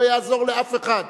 לא יעזור לאף אחד,